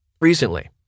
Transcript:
Recently